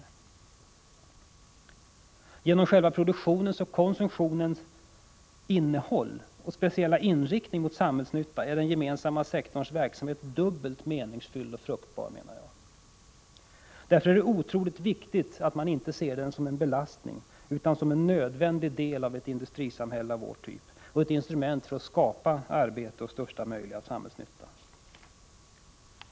Jag menar att den gemensamma sektorns verksamhet är dubbelt meningsfylld och fruktbar genom produktionens och konsumtionens innehåll och speciella inriktning mot samhällsnytta. Därför är det otroligt viktigt att man inte ser den som en belastning utan som en nödvändig del av ett industrisamhälle av vår typ och ett instrument för att skapa arbete och största möjliga samhällsnytta.